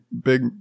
big